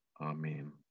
Amen